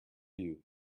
you